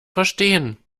verstehen